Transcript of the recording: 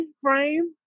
frame